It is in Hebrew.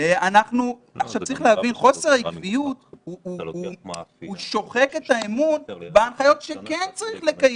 צריך להבין שחוסר העקביות שוחק את האמון בהנחיות שכן צריך לקיים.